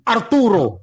Arturo